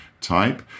type